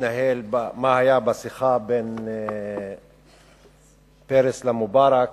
היה בשיחה בין פרס למובארק.